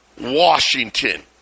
Washington